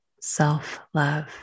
self-love